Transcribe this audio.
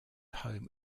home